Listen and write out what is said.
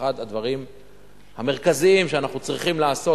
שאחד הדברים המרכזיים שאנחנו צריכים לעשות,